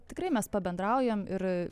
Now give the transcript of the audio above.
tikrai mes pabendraujam ir